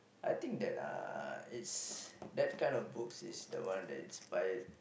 I think that uh it's that kind of books is the one that inspired